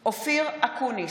מתחייב אני אופיר אקוניס,